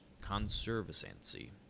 Conservancy